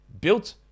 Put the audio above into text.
built